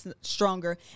stronger